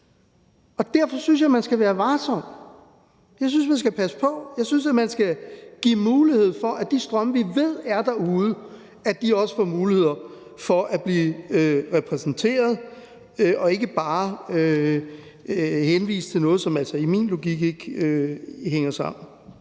Derfor synes jeg, man skal være varsom. Jeg synes, at man skal passe på. Jeg synes, man skal give mulighed for, at de strømninger, vi ved er derude, også får mulighed for at blive repræsenteret, og ikke bare henvise til noget, som i min logik altså ikke hænger sammen.